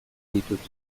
ditut